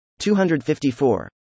254